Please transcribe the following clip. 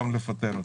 גם לפטר אותם.